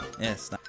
Yes